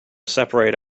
separate